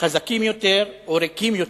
חזקים יותר או ריקים יותר,